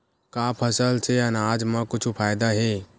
का फसल से आनाज मा कुछु फ़ायदा हे?